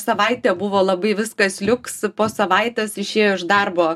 savaitę buvo labai viskas liuks po savaitės išėjo iš darbo